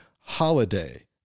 HOLIDAY